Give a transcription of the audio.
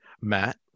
matt